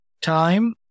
time